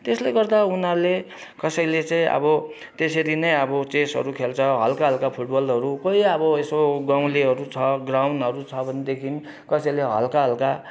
त्यसले गर्दा उनीहरूले कसैले चाहिँ अब त्यसरी नै अब चेसहरू खेल्छ हल्का हल्का फुटबलहरू कोही अब यसो गाउँलेहरू छ ग्राउन्डहरू छ भनेदेखि कसैले हल्का हल्का